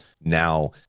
now